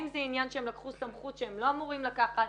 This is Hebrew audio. אם זה עניין שהם לקחו סמכות שהם לא אמורים לקחת?